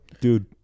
dude